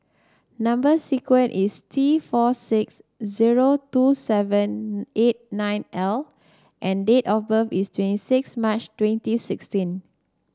number sequence is T four six zero two seven eight nine L and date of birth is twenty six March twenty sixteen